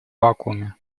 вакууме